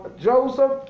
Joseph